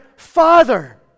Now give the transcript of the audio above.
Father